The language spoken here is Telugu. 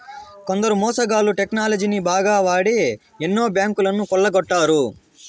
కొందరు మోసగాళ్ళు టెక్నాలజీని బాగా వాడి ఎన్నో బ్యాంకులను కొల్లగొట్టారు